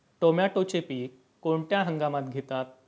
टोमॅटोचे पीक कोणत्या हंगामात घेतात?